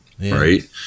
right